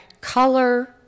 color